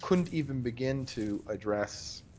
couldn't even begin to address